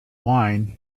wine